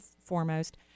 foremost